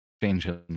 change